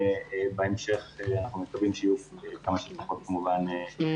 ובהמשך אנחנו מקווים שיהיו כמה שפחות הפסדים.